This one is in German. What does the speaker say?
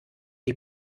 die